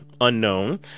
unknown